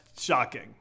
Shocking